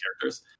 characters